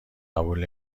قبول